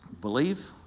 Believe